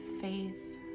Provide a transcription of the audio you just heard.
faith